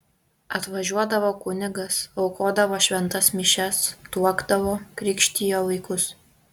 atvažiuodavo kunigas aukodavo šventas mišias tuokdavo krikštijo vaikus